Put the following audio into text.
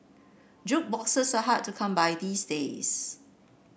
jukeboxes are hard to come by these days